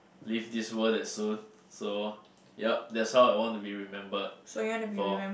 leave this world that soon so yup that's how I want to be remembered for